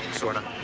sorta.